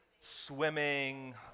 swimming